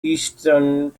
eastern